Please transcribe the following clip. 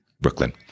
Brooklyn